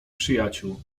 przyjaciół